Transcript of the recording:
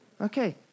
Okay